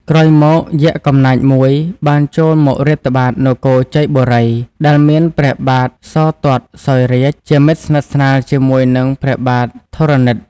ក្រោយមក យក្សកំណាចមួយបានចូលមករាតត្បាតនគរជ័យបូរី ដែលមានព្រះបាទសោទត្តសោយរាជ្យ ជាមិត្តសិទ្ធស្នាលជាមួយនឹងព្រះបាទធរណិត។